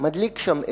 מדליק שם אש,